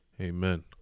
Amen